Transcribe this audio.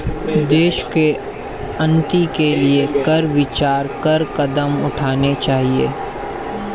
देश की उन्नति के लिए कर विचार कर कदम उठाने चाहिए